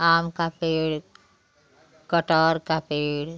आम का पेड़ कटहल का पेड़